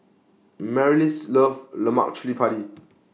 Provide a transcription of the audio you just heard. Marlys loves Lemak Cili Padi